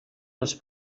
els